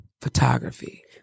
photography